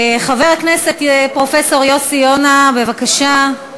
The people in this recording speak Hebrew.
חבר הכנסת פרופסור יוסי יונה, בבקשה,